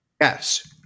Yes